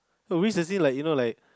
oh risk as in like you know like